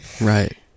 right